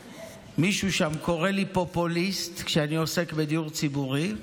מישהו שם קורא לי "פופוליסט" כשאני עוסק בדיור ציבורי,